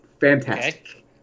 Fantastic